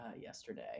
yesterday